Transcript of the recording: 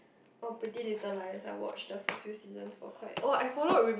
oh pretty little lah yes I watch the first few seasons for quite